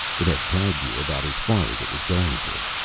it had tagged you about as far as it was going to.